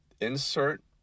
Insert